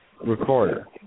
recorder